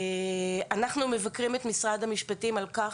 אנחנו מבקרים את משרד המשפטים על כך,